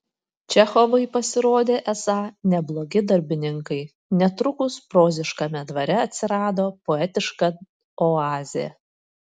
čechovai pasirodė esą neblogi darbininkai netrukus proziškame dvare atsirado poetiška oazė